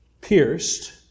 pierced